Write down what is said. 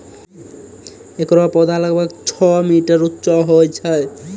एकरो पौधा लगभग छो मीटर उच्चो होय छै